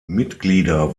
mitglieder